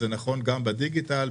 זה נכון גם בדיגיטל,